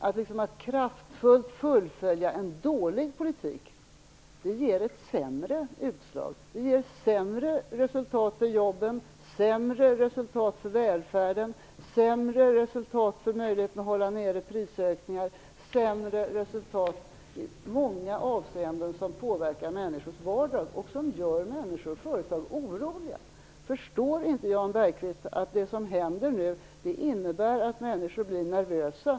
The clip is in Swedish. Att kraftfullt fullfölja en dålig politik ger ett sämre utslag. Det ger ett sämre resultat för jobben, sämre resultat för välfärden, sämre resultat för möjligheten att hålla nere prisökningar och sämre resultat i många avseenden som påverkar människors vardag, vilket gör människor och företag oroliga. Förstår inte Jan Bergqvist att det som händer nu innebär att människor blir nervösa?